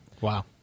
Wow